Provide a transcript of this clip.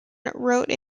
wrote